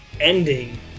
ending